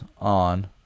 on